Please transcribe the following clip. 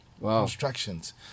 constructions